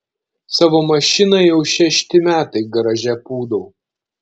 savo mašiną jau šešti metai garaže pūdau